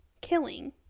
killing